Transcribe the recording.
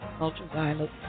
ultraviolet